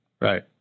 Right